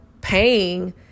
paying